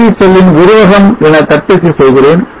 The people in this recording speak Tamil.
PV செல்லின் உருவகம் என தட்டச்சு செய்கிறேன்